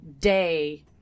day